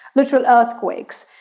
literally earthquakes.